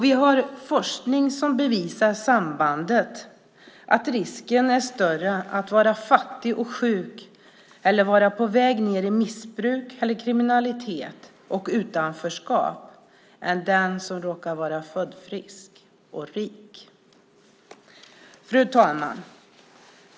Vi har forskning som bevisar sambandet att risken är större för fattiga att bli sjuka eller att vara på väg ned i missbruk, kriminalitet och utanförskap än för den som råkar vara född frisk och rik. Fru talman!